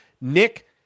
Nick